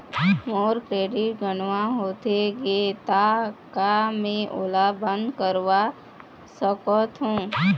मोर credit गंवा होथे गे ता का मैं ओला बंद करवा सकथों?